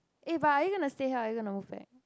eh but are you gonna stay here or are you gonna move back